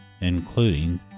including